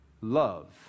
love